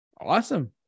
Awesome